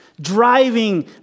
driving